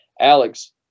Alex